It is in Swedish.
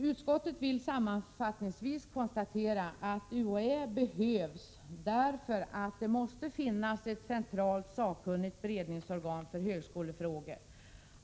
Utskottet vill sammanfattningsvis konstatera att UHÄ behövs för att det måste finnas ett centralt sakkunnigt beredningsorgan för högskolefrågor.